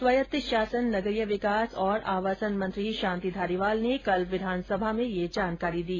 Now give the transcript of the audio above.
स्वायत्त शासन नगरीय विकास और आवासन मंत्री शांति धारीवाल ने कल विधानसभा में ये जानकारी दी